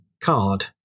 card